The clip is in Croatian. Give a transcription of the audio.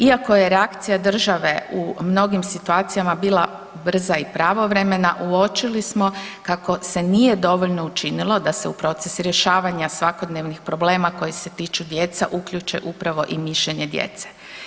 Iako je reakcija države u mnogim situacijama bila brza i pravovremena uočili smo kako se nije dovoljno učilo da se u proces rješavanja svakodnevnih problema koja se tiču djece uključe upravo i mišljenje djece.